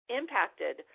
impacted